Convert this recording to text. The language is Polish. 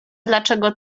dlaczego